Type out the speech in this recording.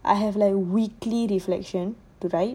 I have like a weekly reflection today